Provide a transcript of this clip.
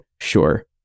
sure